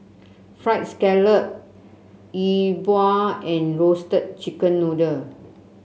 fried scallop Yi Bua and Roasted Chicken Noodle